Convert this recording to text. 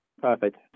perfect